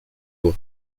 loi